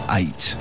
eight